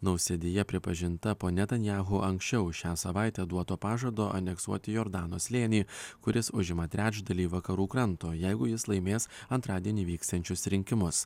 nausėdija pripažinta po netanyahu anksčiau šią savaitę duoto pažado aneksuoti jordano slėnį kuris užima trečdalį vakarų kranto jeigu jis laimės antradienį vyksiančius rinkimus